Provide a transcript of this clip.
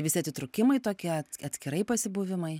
visi atitrūkimai tokie atskirai pasibuvimai